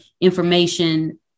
information